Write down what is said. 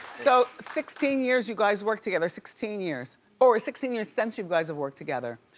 so sixteen years you guys work together, sixteen years. or sixteen years since you guys have worked together.